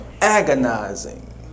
agonizing